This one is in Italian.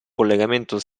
collegamento